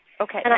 Okay